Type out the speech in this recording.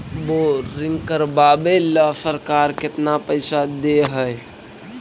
Boring करबाबे ल सरकार केतना पैसा दे है?